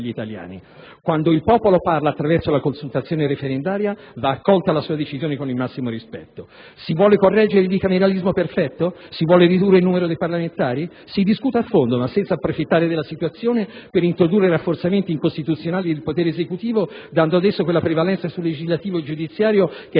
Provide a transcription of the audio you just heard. Quando il popolo parla attraverso la consultazione referendaria, va accolta la sua decisione con il massimo rispetto. Si vuole correggere il bicameralismo perfetto? Si vuole ridurre il numero dei parlamentari? Si discuta a fondo, ma senza approfittare della situazione per introdurre rafforzamenti incostituzionali del potere esecutivo, dando ad esso quella prevalenza sui poteri legislativo e giudiziario che